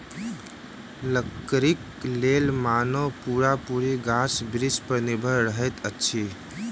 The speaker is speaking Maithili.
लकड़ीक लेल मानव पूरा पूरी गाछ बिरिछ पर निर्भर रहैत अछि